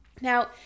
Now